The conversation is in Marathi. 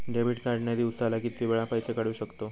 डेबिट कार्ड ने दिवसाला किती वेळा पैसे काढू शकतव?